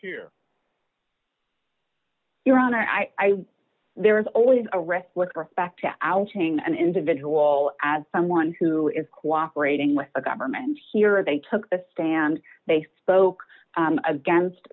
to your honor i there is always a risk with respect to outing an individual as someone who is cooperating with the government here they took the stand they spoke against